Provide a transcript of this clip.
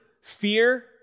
fear